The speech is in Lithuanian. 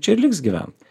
čia liks gyvent